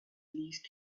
least